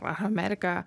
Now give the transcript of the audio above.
ar amerika